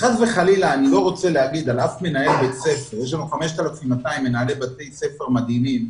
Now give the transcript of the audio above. יש לנו 5,200 מנהלי בתי ספר מדהימים,